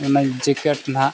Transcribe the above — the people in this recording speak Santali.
ᱚᱱᱟ ᱡᱮᱠᱮᱴ ᱱᱟᱦᱟᱜ